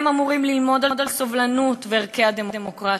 מה הם אמורים ללמוד על סובלנות וערכי הדמוקרטיה?